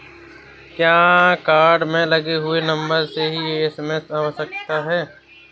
क्या कार्ड में लगे हुए नंबर से ही एस.एम.एस आवश्यक है?